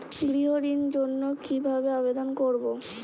গৃহ ঋণ জন্য কি ভাবে আবেদন করব?